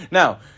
now